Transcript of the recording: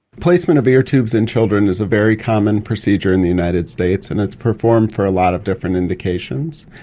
placement of air tubes in children is a very common procedure in the united states and it's performed for a lot of different indications.